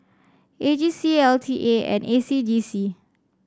A G C L T A and A C J C